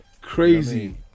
crazy